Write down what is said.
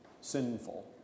sinful